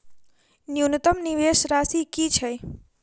न्यूनतम निवेश राशि की छई?